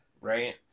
right